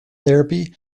therapy